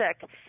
sick